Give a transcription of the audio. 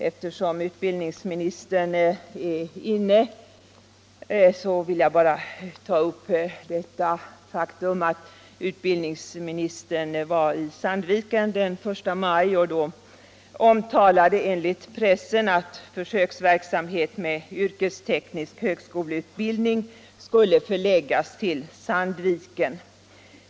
Eftersom utbildningsministern är inne i kammaren vill jag till sist ta upp det faktum att utbildningsministern var i Sandviken den 1 maj och då omtalade, enligt pressen, att försöksverksamhet med yrkesteknisk högskoleutbildning skulle förläggas till Sandviken.